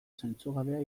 zentzugabea